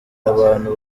abantu